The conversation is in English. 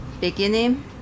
beginning